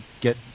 get